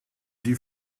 die